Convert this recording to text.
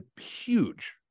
huge